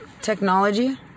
technology